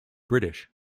british